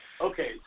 Okay